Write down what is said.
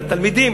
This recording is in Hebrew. לתלמידים,